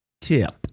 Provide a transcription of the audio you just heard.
tip